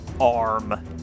arm